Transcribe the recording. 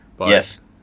Yes